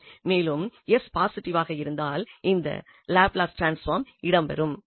மேலும் s பாசிட்டிவாக இருந்தால் இந்த லாப்லஸ் டிரான்ஸ்பாம் இடம்பெறும்